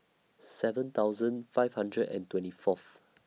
seven thousand five hundred and twenty Fourth